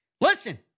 Listen